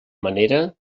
manera